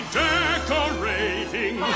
decorating